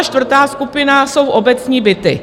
Čtvrtá skupina jsou obecní byty.